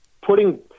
putting